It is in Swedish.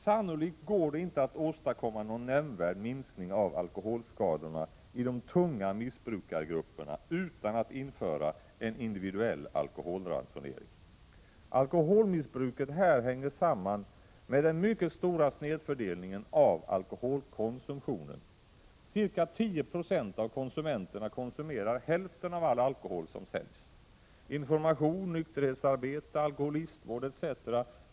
Sannolikt går det inte att åstadkomma någon nämnvärd minskning av alkoholskadorna i de tunga missbrukargrupperna utan att införa en individuell alkoholransonering. Alkoholmissbruket här hänger samman med den mycket stora snedfördelningen av alkoholkonsumtionen. Ca 10 96 av konsumenterna konsumerar hälften av all alkohol som säljs. Information, nykterhetsarbete, alkoholistvård etc.